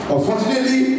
Unfortunately